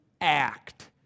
Act